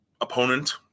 opponent